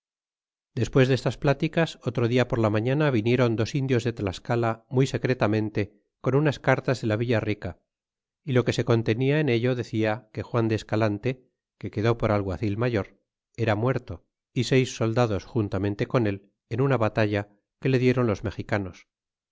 despues destas pláticas otro dia por la mañana vinieron dos indios de tlascala muy secretamente con unas cartas de la villa rica y lo que se contenia en ello decia que juan de escalante que quedó por alguacil mayor era muerto y seis soldados juntamente con él en una batalla que le dieron los mexicanos